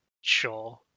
Sure